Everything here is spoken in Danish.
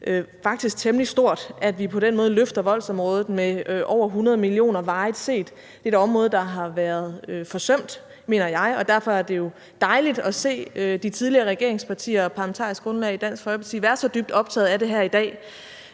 faktisk temmelig stort, at vi på den måde løfter voldsområdet med over 100 mio. kr. varigt set. Det er et område, som har været forsømt, mener jeg, og derfor er det jo dejligt at se de tidligere regeringspartier og det parlamentariske grundlag, Dansk Folkeparti, være så dybt optaget af det her i dag